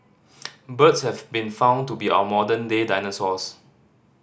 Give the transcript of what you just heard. birds have been found to be our modern day dinosaurs